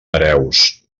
hereus